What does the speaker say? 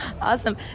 awesome